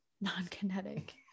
non-kinetic